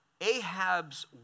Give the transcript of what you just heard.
Ahab's